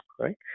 right